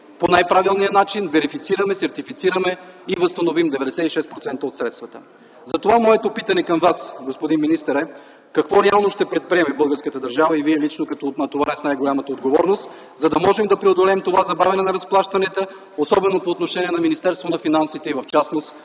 по най-правилния начин да верифицираме, сертифицираме и възстановим 96% от средствата. Затова моето питане към Вас, господин министър, е: какво реално ще предприеме българската държава и Вие лично като натоварен с най-голямата отговорност, за да можем да преодолеем забавянето на разплащанията, особено по отношение на Министерството на финансите и в частност